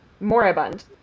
Moribund